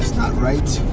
not right.